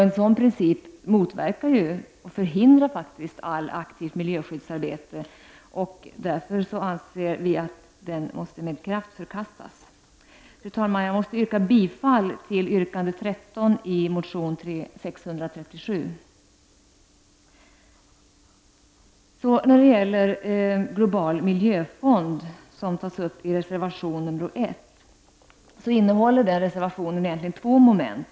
En sådan princip motverkar ju eller rent av förhindrar allt aktivt miljöskyddsarbete. Därför anser vi att den måste med kraft förkastas. Fru talman! Jag måste yrka bifall till yrkande 13 i motion U637. Frågan om global miljöfond tas upp i reservation 1, som innehåller två moment.